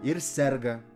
ir serga